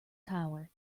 tower